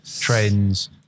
trends